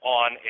on